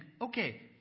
okay